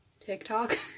TikTok